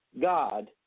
God